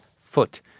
foot